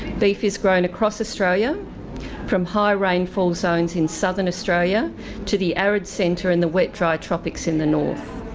beef is grown across australia from high rainfall zones in southern australia to the arid centre in the wet dry tropics in the north.